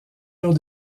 jours